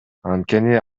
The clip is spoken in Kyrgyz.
анткени